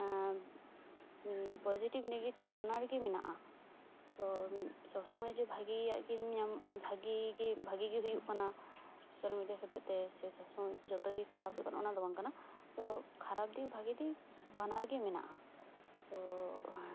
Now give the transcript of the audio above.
positive negative ᱵᱟᱱᱟᱨ ᱜᱮ ᱢᱮᱱᱟᱜᱼᱟ ᱛᱚ ᱥᱚᱵᱽ ᱥᱚᱢᱚᱭ ᱡᱮ ᱵᱷᱟᱜᱮᱭᱟᱜ ᱜᱮᱢ ᱧᱟᱢ ᱵᱷᱟᱜᱮ ᱜᱮ ᱵᱷᱟᱜᱮ ᱜᱮ ᱦᱩᱭᱩᱜ ᱠᱟᱱᱟ ᱥᱳᱥᱟᱞ ᱢᱮᱰᱤᱭᱟ ᱠᱷᱟᱹᱛᱤᱨ ᱛᱮ ᱥᱮ ᱥᱚᱵᱽ ᱥᱚᱢᱚᱥ ᱡᱚᱛᱚ ᱜᱮ ᱠᱷᱟᱨᱟᱯ ᱦᱩᱭᱩᱜ ᱠᱟᱱᱟ ᱚᱱᱟ ᱫᱚ ᱵᱟᱝ ᱠᱟᱱᱟ ᱛᱚ ᱠᱷᱟᱨᱟᱯ ᱫᱤᱠ ᱵᱷᱟᱜᱮ ᱫᱤᱠ ᱵᱟᱱᱟᱨ ᱜᱮ ᱢᱮᱱᱟᱜᱼᱟ ᱛᱚ